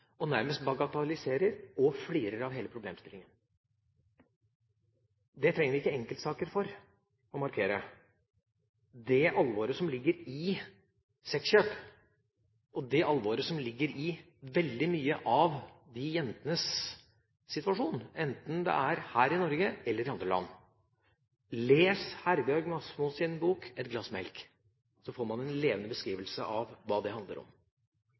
nærmest bagatelliserer og flirer av hele problemstillingen. Vi trenger ikke enkeltsaker for å markere det alvoret som ligger i sexkjøp, og det alvoret som ligger i disse jentenes situasjon, enten det er her i Norge eller i andre land. Les Herbjørg Wassmos bok «Et glass melk takk»! Der får man en levende beskrivelse av hva dette handler om.